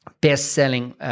best-selling